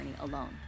alone